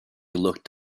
looked